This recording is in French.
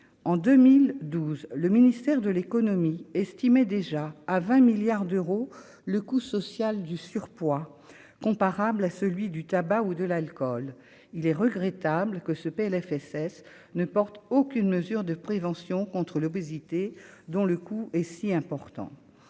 en 2012, le ministère de l'Économie estimait déjà à 20 milliards d'euros le coût social du surpoids comparable à celui du tabac ou de l'alcool. Il est regrettable que ce PLFSS ne porte aucune mesure de prévention contre l'obésité dont le coût est si important,